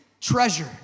Treasure